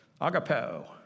Agapeo